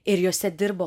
ir jose dirbo